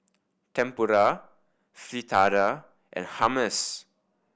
Tempura Fritada and Hummus